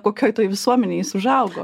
kokioj toj visuomenėj jis užaugo